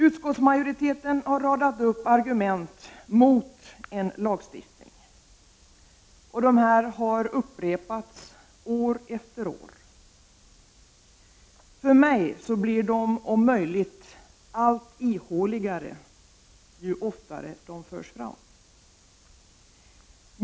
Utskottsmajoriteten har radat upp argument mot en lagstiftning. Dessa har upprepats år efter år. För mig blir de om möjligt allt ihåligare ju oftare de förs fram.